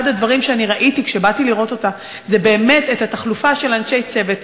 אחד הדברים שראיתי כשבאתי לראות אותה זה באמת התחלופה של אנשי צוות,